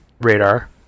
radar